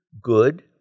good